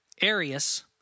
Arius